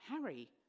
Harry